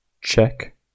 Check